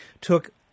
took